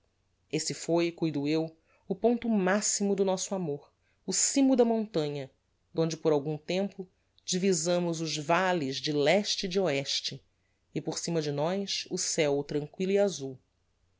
esse foi cuido eu o ponto maximo do nosso amor o cimo da montanha donde por algum tempo divisámos os valles de leste e de oeste e por cima de nós o ceu tranquillo e azul